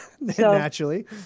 Naturally